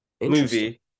movie